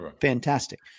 fantastic